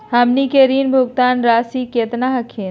हमनी के ऋण भुगतान रासी केतना हखिन?